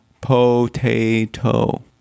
potato